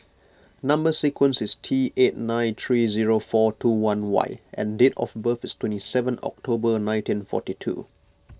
Number Sequence is T eight nine three zero four two one Y and date of birth is twenty seven October nineteen and forty two